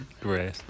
Great